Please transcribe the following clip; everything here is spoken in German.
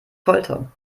folter